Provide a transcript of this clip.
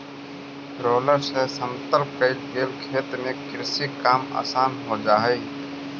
roller से समतल कईल गेल खेत में कृषि काम आसान हो जा हई